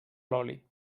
l’oli